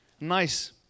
nice